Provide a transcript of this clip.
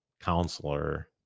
counselor